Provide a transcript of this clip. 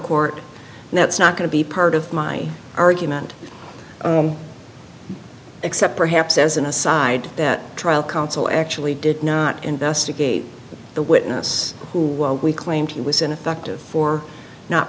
court and that's not going to be part of my argument except perhaps as an aside that trial counsel actually did not investigate the witness who claimed he was ineffective for not